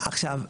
עכשיו,